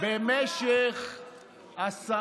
לסרב פקודה?